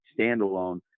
standalone